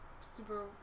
super